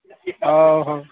ହଉ ହଉ